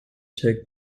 take